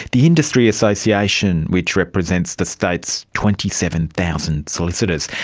the industry association which represents the state's twenty seven thousand solicitors.